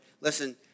Listen